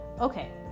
Okay